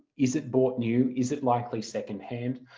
is it bought new? is it likely second-hand?